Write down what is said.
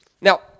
Now